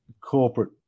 Corporate